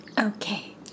Okay